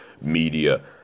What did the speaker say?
Media